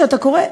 כשאתה קורא,